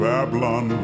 Babylon